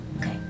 Okay